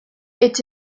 est